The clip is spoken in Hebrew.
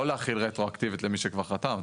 לא להחיל רטרואקטיבית למי שכבר חתם.